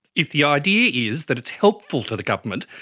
if the idea is that it's helpful to the government,